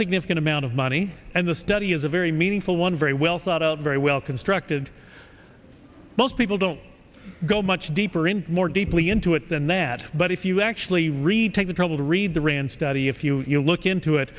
significant amount of money and the study is a very meaningful one very well thought out very well constructed most people don't go much deeper in more deeply into it than that but if you actually read take the trouble to read the rand study if you you know look into it